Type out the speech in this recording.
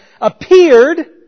appeared